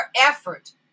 effort